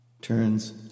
turns